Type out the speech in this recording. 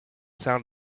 sound